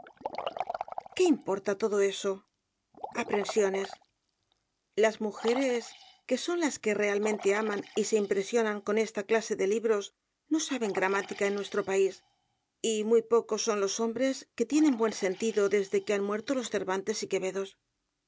qué importa todo eso aprensiones las mujeres que son las que realmente aman y se impresionan con esa clase de libros no saben gramática en nuestro país y muy pocos son los hombres que tienen buen sentido desde que han muerto los cervantes y quevedos